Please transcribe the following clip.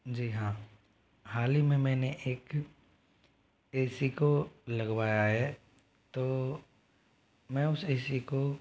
जी हाँ हाल ही में मैंने एक ए सी को लगवाया है तो मैं उस ए सी को